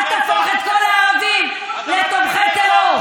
אל תהפוך את כל הערבים לתומכי טרור.